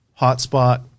hotspot